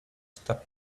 stop